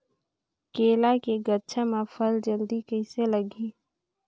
केला के गचा मां फल जल्दी कइसे लगही?